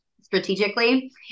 strategically